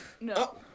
no